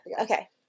Okay